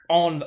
on